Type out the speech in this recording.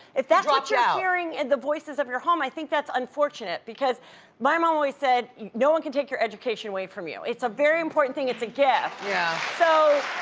if that's what you're yeah ah hearing in the voices of your home i think that's unfortunate because my mom always said no one can take your education away from you, it's a very important thing, it's a gift. yeah so,